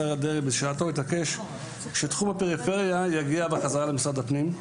השר דרעי בשעתו התעקש שתחום הפריפריה יגיע בחזרה למשרד הפנים,